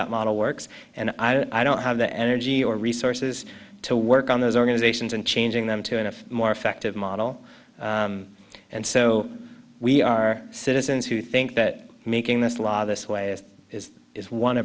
that model works and i don't have the energy or resources to work on those organizations and changing them to a more effective model and so we are citizens who think that making this law this way it is is one